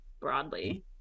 broadly